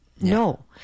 No